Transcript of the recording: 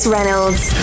Reynolds